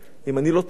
אם אני לא טועה,